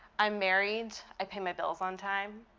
i'm married. i pay my bills on time.